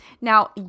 Now